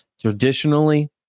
Traditionally